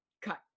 cut